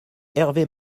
hervé